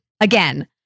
Again